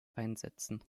einsetzen